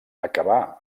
acabà